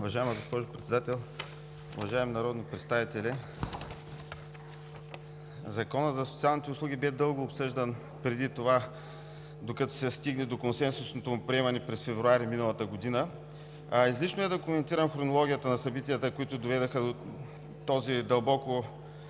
Уважаема госпожо Председател, уважаеми народни представители! Законът за социалните услуги бе дълго обсъждан преди това, докато се стигне до консенсусното му приемане през февруари миналата година. Излишно е да коментирам хронологията на събитията, които доведоха до този дълбоко